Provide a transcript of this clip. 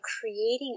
creating